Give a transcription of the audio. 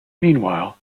meanwhile